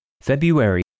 February